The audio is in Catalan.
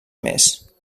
més